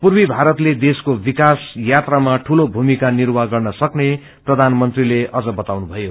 पूर्वी भारतले देशको विकास यात्रामा दूलो भुमिका निर्वाह गर्न सक्ने प्रधानमंत्रीले बताउनुभयो